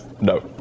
No